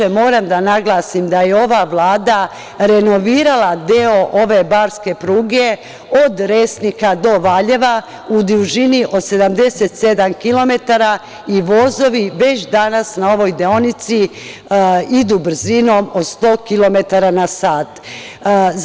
Inače, moram da naglasim da je ova Vlada renovirala deo ove barske pruge od Resnika do Valjeva u dužini od 77 kilometara i vozovi već danas na ovoj deonici idu brzinom od 100 kilometara na sat.